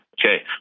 Okay